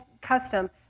custom